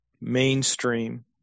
mainstream